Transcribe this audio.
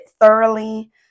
thoroughly